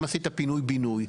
אם עשית פינוי בינוי,